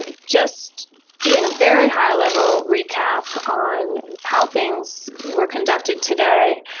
ah just doing a very high level recap on how things were conducted today.